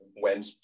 went